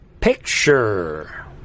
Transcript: picture